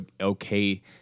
okay